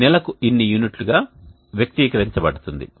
ఇది నెలకు ఇన్ని యూనిట్లుగా వ్యక్తీకరించబడుతుంది